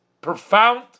profound